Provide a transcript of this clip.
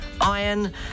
iron